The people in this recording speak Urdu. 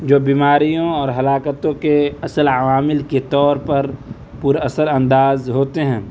جو بیماریوں اور ہلاکتوں کے اصل عوامل کے طور پر پراثر انداز ہوتے ہیں